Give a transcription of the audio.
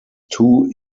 too